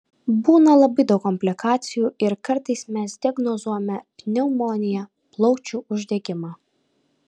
būna labai daug komplikacijų ir kartais mes diagnozuojame pneumoniją plaučių uždegimą